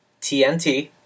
TNT